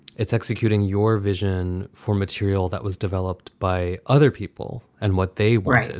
it's executing your vision for material that was developed by other people and what they were,